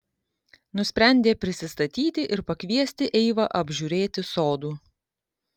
nusprendė prisistatyti ir pakviesti eivą apžiūrėti sodų